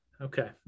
Okay